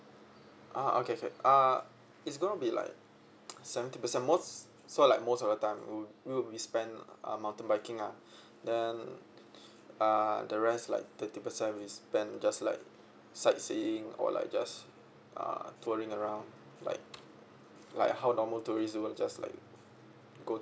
ah okay okay uh it's going to be like seventy percent most so like most of the time will will be spent uh mountain biking ah then uh the rest like thirty percent we spend just like sightseeing or like just uh touring around like like how normal tourist will just like go